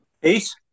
Peace